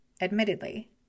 admittedly